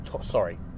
sorry